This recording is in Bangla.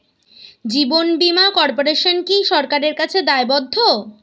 জীবন বীমা কর্পোরেশন কি সরকারের কাছে দায়বদ্ধ?